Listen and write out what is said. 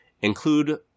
include